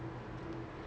okay